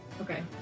Okay